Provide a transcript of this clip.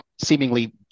seemingly